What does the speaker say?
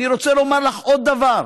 אני רוצה לומר לך עוד דבר: